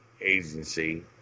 agency